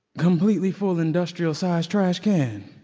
completely full, industrial-sized trash can,